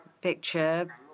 picture